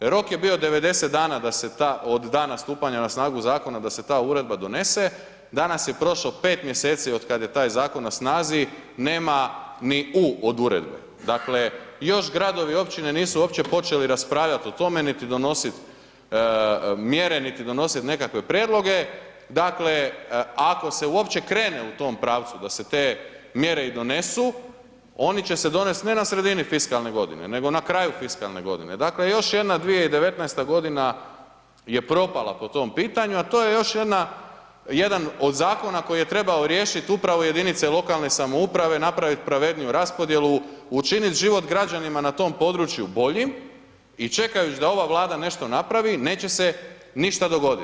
Rok je bio 90 dana da se ta, od dana stupanja na snagu Zakona da se ta Uredba donese, danas je prošlo pet mjeseci od kad je taj Zakon na snazi, nema ni U od Uredbe, dakle još Gradovi i Općine nisu uopće počeli raspravljati o tome, niti donosit mjere, niti donosit nekakve prijedloge, dakle ako se uopće krene u tom pravcu da se te mjere i donesu, oni će se donest ne na sredini fiskalne godine, nego na kraju fiskalne godine, dakle još jedna 2019. godina je propala po tom pitanju, a to je još jedna, jedan od Zakona koji je trebao riješit upravo jedinice lokalne samouprave, napravit pravedniju raspodjelu, učinit život građanima na tom području boljim, i čekajući da ova Vlada nešto napravi, neće se ništa dogodit.